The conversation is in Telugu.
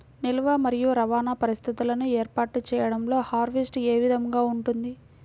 నిల్వ మరియు రవాణా పరిస్థితులను ఏర్పాటు చేయడంలో హార్వెస్ట్ ఏ విధముగా ఉంటుంది?